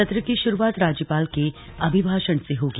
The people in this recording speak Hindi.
सत्र की शुरूआत राज्यपाल के अभिभाषण से होगी